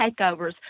takeovers